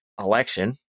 election